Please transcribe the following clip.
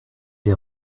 des